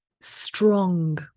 strong